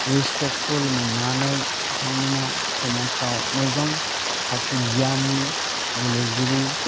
respectful मोन्नानै बिथांमोनहा समाजाव मोजां सासे गियानि गेलेगिरि